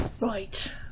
Right